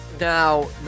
now